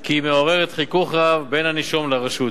כי היא מעוררת חיכוך רב בין הנישום לרשות,